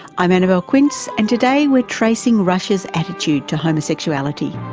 i'm annabelle quince, and today we're tracing russia's attitude to homosexuality.